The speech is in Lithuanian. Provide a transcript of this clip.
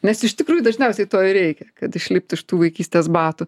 nes iš tikrųjų dažniausiai to ir reikia kad išlipt iš tų vaikystės batų